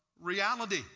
reality